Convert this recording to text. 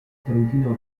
trentino